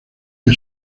que